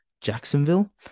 Jacksonville